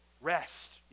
Rest